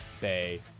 Bay